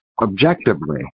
objectively